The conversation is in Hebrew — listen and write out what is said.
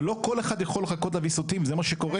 אבל לא כל אחד יכול לחכות לוויסותים, זה מה שקורה.